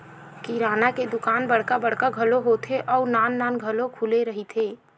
किराना के दुकान बड़का बड़का घलो होथे अउ नान नान घलो खुले रहिथे